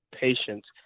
patients